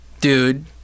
dude